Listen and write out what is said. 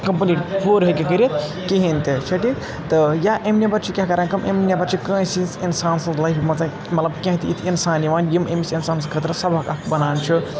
complete پوٗرٕ ہیٚکہِ کٔرِتھ کِہیٖنۍ تہِ چھا ٹِھیٖک یا اَمہِ نٮ۪بَر چھِ کیاہ کران کٲم اَمہِ نٮ۪بَر چھِ کٲنٛسہِ ہنٛز اِنسان سٕنٛز لایِفہِ منٛز مَطلَب کِینٛہہ تہِ یِتھۍ اِنسان یِوان یِم أمِس اِنسانَس خٲطرٕ سبب اکھ بنان چھِ